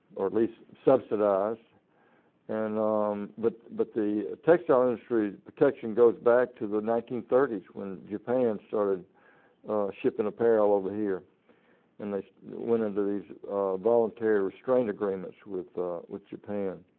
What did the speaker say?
or at least subsidized and um but but the textile industry protection goes back to the nineteen thirty s when japan started shipping apparel over here and they went into these voluntary restraint agreements with with japan.